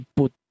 put